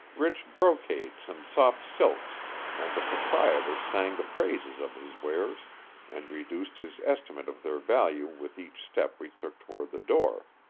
rich brocades and soft silks and the proprietor sang the praises of his wares and reduced his estimate of their value with each step we took toward the door.